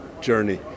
journey